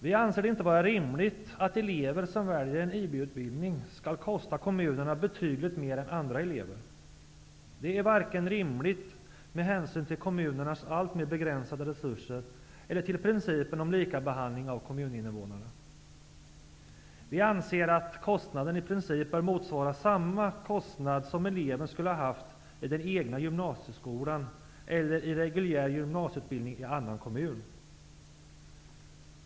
Vi anser det inte vara rimligt att elever som väljer en IB-utbildning skall kosta kommunerna betydligt mer än andra elever. Det är inte rimligt vare sig med hänsyn till kommunernas alltmer begränsade resurser eller med hänsyn till principen om likabehandling av kommuninnevånarna. Vi anser att kostnaden i princip bör motsvara samma kostnad som eleven skulle haft i den egna gymnasieskolan eller i reguljär gymnasieutbildning i annan kommun.